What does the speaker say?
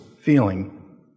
feeling